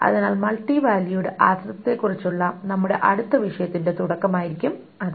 അതിനാൽ multi valued ആശ്രിതത്വത്തെക്കുറിച്ചുള്ള നമ്മുടെ അടുത്ത വിഷയത്തിന്റെ തുടക്കമായിരിക്കും അത്